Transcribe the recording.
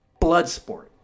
Bloodsport